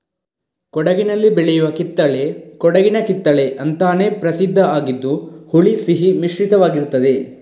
ಕೊಡಗಿನಲ್ಲಿ ಬೆಳೆಯುವ ಕಿತ್ತಳೆ ಕೊಡಗಿನ ಕಿತ್ತಳೆ ಅಂತಾನೇ ಪ್ರಸಿದ್ಧ ಆಗಿದ್ದು ಹುಳಿ ಸಿಹಿ ಮಿಶ್ರಿತವಾಗಿರ್ತದೆ